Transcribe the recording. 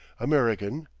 american,